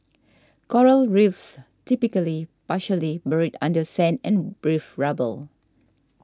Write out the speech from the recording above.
coral Reefs typically partially buried under sand and reef rubble